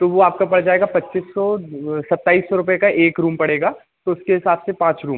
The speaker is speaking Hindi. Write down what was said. तो वो आपका पड़ जाएगा पच्चीस सौ सत्ताइस सौ रुपये का एक रूम पड़ेगा तो उसके हिसाब से पाँच रूम